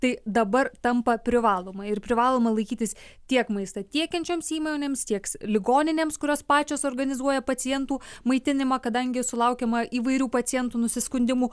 tai dabar tampa privaloma ir privaloma laikytis tiek maistą tiekiančioms įmonėms tieks ligoninėms kurios pačios organizuoja pacientų maitinimą kadangi sulaukiama įvairių pacientų nusiskundimų